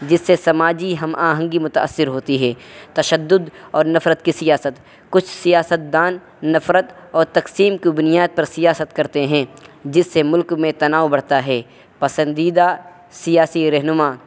جس سے سماجی ہم آہنگی متاثر ہوتی ہے تشدد اور نفرت کی سیاست کچھ سیاستدان نفرت اور تقسیم کی بنیاد پر سیاست کرتے ہیں جس سے ملک میں تناؤ بڑھتا ہے پسندیدہ سیاسی رہنما